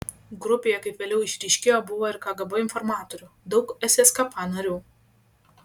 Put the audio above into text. grupėje kaip vėliau išryškėjo buvo ir kgb informatorių daug sskp narių